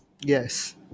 Yes